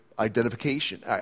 identification